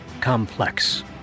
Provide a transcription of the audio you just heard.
complex